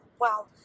wow